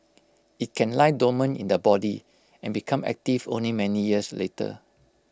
IT can lie dormant in the body and become active only many years later